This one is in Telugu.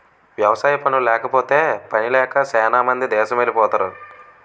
వ్యవసాయ పనుల్లేకపోతే పనిలేక సేనా మంది దేసమెలిపోతరు